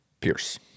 Pierce